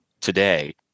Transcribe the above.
today